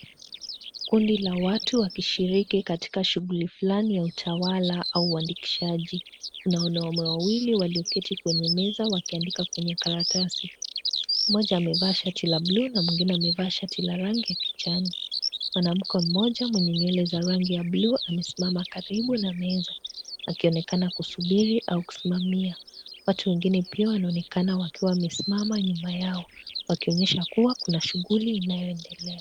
Kundi la watu wakishiriki katika shughuli fulani ya utawala au uandikishaji. Kuna wanaume wawili walioketi kwenye meza wakiandika kwenye karatasi. Mmoja amevaa shati la buluu na mwengine amevaa shati la rangi ya kijani. Mwanamke mmoja mwenye nywele ya rangi ya buluu ameketi karibu na meza akionekana kusubiri au kusimamia. Watu wengine pia wanaonekana wakiwa wamesimama nyuma wao wakionyesha pia kuna shughuli inayoendela.